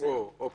או פחות.